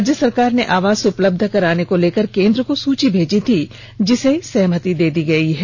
राज्य सरकार ने आवास उपलब्ध कराने को लेकर केन्द्र को सूची भेजी थी जिसे सहमति दे दी गई है